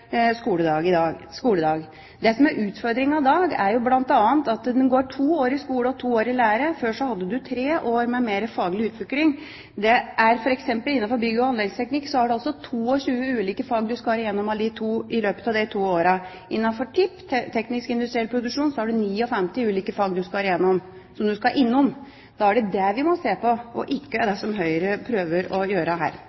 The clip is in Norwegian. skoledag? Det som er utfordringen i dag, er jo bl.a. at man går to år på skole og to år i lære. Før hadde man tre år med mer faglig utvikling. For eksempel innenfor bygg- og anleggsteknikk er det 22 ulike fag man skal igjennom i løpet av de to årene. Innenfor TIP – teknikk og industriell produksjon – har man 59 ulike fag man skal innom. Da er det det vi må se på, og ikke det som Høyre prøver å gjøre her.